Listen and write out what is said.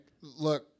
look